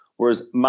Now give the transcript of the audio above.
Whereas